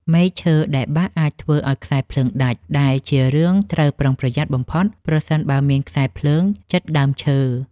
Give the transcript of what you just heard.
មែកឈើដែលបាក់អាចធ្វើឱ្យខ្សែភ្លើងដាច់ ដែលជារឿងត្រូវប្រុងប្រយ័ត្នបំផុតប្រសិនបើមានខ្សែភ្លើងជិតដើមឈើ។